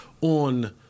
on